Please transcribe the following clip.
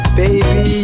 baby